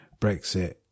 Brexit